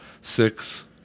six